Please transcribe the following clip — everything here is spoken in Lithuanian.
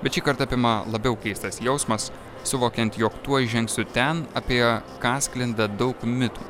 bet šįkart apima labiau keistas jausmas suvokiant jog tuoj žengsiu ten apie ką sklinda daug mitų